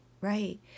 right